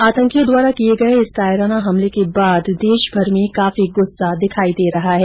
आतंकियों द्वारा किए गए इस कायराना हमले के बाद देशभर में काफी गुस्सा दिखाई दे रहा है